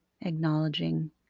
Acknowledging